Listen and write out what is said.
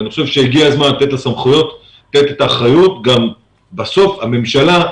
אני חושב שהגיע הזמן לתת סמכויות ולתת את האחריות כי בסוף הממשלה,